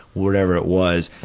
whatever it was,